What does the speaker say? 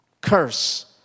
curse